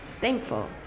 thankful